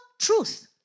truth